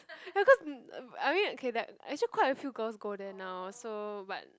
because mm I mean okay like actually quite a few girls go there now so but